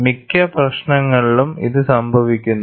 മിക്ക പ്രശ്നങ്ങളിലും ഇത് സംഭവിക്കുന്നു